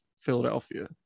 Philadelphia